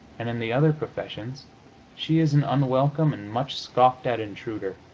and in the other professions she is an unwelcome and much-scoffed-at intruder,